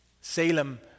Salem